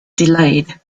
delayed